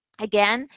again,